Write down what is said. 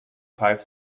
five